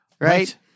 right